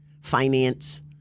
finance